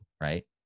right